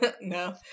No